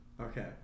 Okay